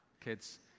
kids